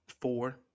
Four